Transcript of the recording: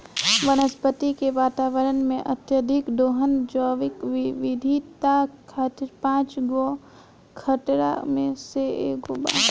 वनस्पति के वातावरण में, अत्यधिक दोहन जैविक विविधता खातिर पांच गो खतरा में से एगो बा